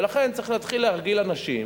ולכן צריך להתחיל להרגיל אנשים,